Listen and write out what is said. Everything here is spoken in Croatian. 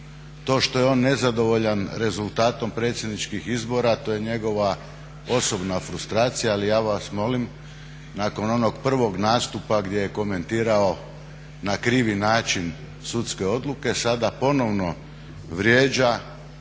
To što je on nezadovoljan rezultatom predsjedničkih izbora to je njegova osobna frustracija. Ali ja vas molim, nakon onog prvog nastupa gdje je komentirao na krivi način sudske odluke, sada ponovno vrijeđa